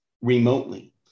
remotely